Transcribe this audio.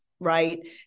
Right